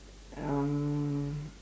um